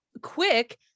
quick